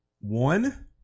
One